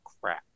crap